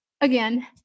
again